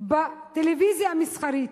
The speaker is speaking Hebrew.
בטלוויזיה המסחרית,